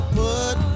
put